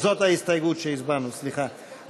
זאת ההסתייגות שהצבענו, סליחה.